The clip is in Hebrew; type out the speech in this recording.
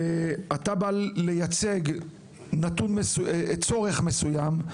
ואתה בא לייצג צורך מסוים,